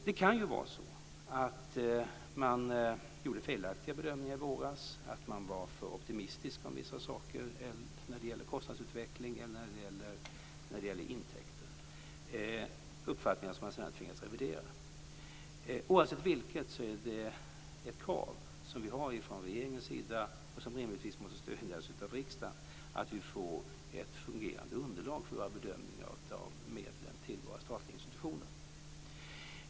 Det kan ju vara så att man förra våren gjorde felaktiga bedömningar eller att man var för optimistisk om vissa saker när det gäller kostnadsutveckling eller intäkter - uppfattningar som man senare har tvingats revidera. Oavsett vilket så är det ett krav som vi har från regeringens sida och som rimligtvis måste stödjas av riksdagen att vi får ett fungerande underlag för våra bedömningar av medlen till våra statliga institutioner.